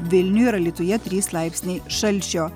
vilniuj ir alytuje trys laipsniai šalčio